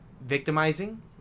victimizing